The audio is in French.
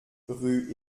rue